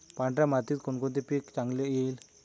पांढऱ्या मातीत कोणकोणते पीक चांगले येईल?